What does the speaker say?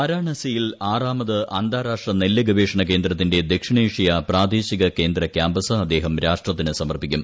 വാരാണസിയിൽ ആറാമത് അന്താരാഷ്ട്ര നെല്ലുഗവേഷണ കേന്ദ്രത്തിന്റെ ദക്ഷിണേഷ്യ പ്രാദേശികകേന്ദ്ര ക്യാമ്പസ് അദ്ദേഹം രാഷ്ട്രത്തിനു സമർപ്പിക്കും